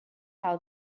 how